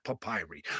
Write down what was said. papyri